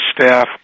staff